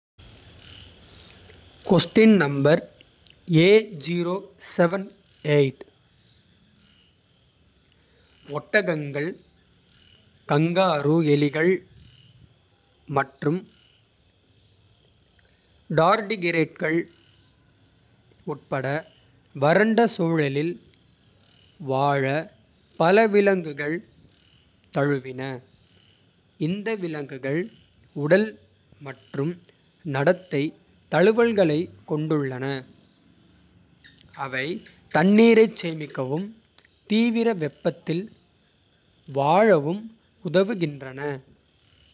ஒட்டகங்கள் கங்காரு எலிகள் மற்றும் டார்டிகிரேட்கள். உட்பட வறண்ட சூழலில் வாழ பல விலங்குகள் தழுவின. இந்த விலங்குகள் உடல் மற்றும் நடத்தை தழுவல்களைக். கொண்டுள்ளன அவை தண்ணீரைச் சேமிக்கவும். தீவிர வெப்பத்தில் வாழவும்.